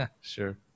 sure